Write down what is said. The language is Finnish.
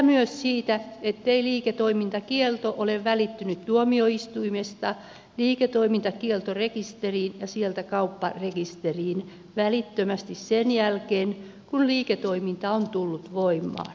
on mahdollista ettei liiketoimintakielto ole välittynyt tuomioistuimesta liiketoimintakieltorekisteriin ja sieltä kaupparekisteriin välittömästi sen jälkeen kun liiketoimintakielto on tullut voimaan